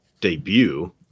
debut